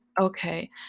okay